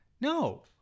No